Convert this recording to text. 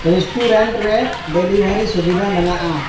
ᱨᱮ ᱥᱩᱵᱤᱫᱷᱟ ᱢᱮᱱᱟᱜᱼᱟ